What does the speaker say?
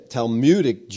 Talmudic